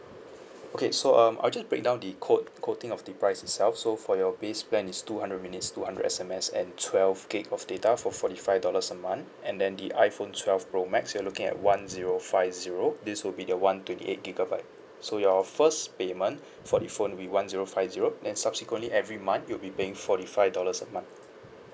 okay so um I'll just breakdown the quote quoting of the price itself so for your base plan is two hundred minutes two hundred S_M_S and twelve gig of data for forty five dollars a month and then the iphone twelve pro max you're looking at one zero five zero this will be the one twenty eight gigabyte so your first payment for the phone be one zero five zero then subsequently every month you'll be paying forty five dollars a month